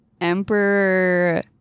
Emperor